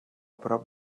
prop